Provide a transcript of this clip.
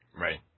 right